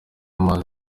amazi